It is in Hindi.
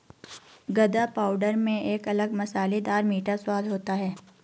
गदा पाउडर में एक अलग मसालेदार मीठा स्वाद होता है